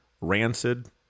Rancid